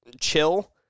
chill